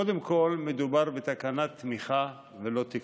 קודם כול, מדובר בתקנת תמיכה ולא בתקצוב.